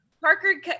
Parker